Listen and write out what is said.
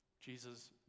Jesus